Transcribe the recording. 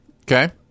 Okay